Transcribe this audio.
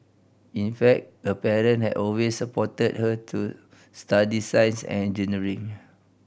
in fact her parent had always supported her to study science and engineering